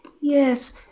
Yes